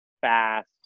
fast